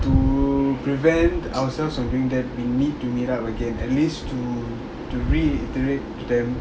to prevent ourselves from being that we need to meet up again at least to to reiterate to them